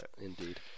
Indeed